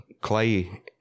Clay